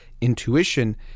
intuition